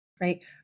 right